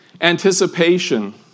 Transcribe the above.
anticipation